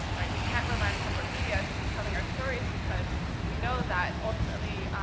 right? we can't rely on corporate media to be telling our stories because we know that, ultimately,